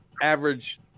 average